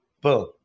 Boom